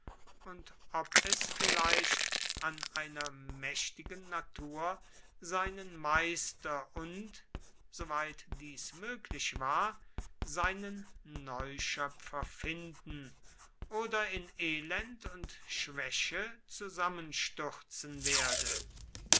und ob es schließlich an einer mächtigen natur seinen meister und soweit dies möglich war seinen neuschöpfer finden oder in elend und schwäche zusammenstürzen werde